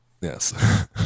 yes